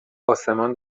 آسمان